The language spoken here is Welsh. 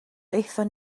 aethon